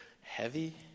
heavy